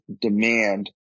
demand